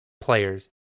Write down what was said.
players